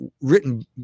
written